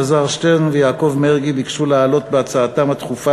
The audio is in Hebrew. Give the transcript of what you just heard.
אלעזר שטרן ויעקב מרגי ביקשו להעלות בהצעתם הדחופה